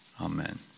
Amen